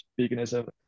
veganism